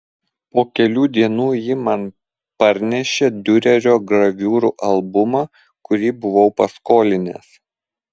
po kelių dienų ji man parnešė diurerio graviūrų albumą kurį buvau paskolinęs